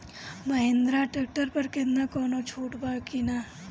Mahindra tractor पर केतना कौनो छूट बा कि ना?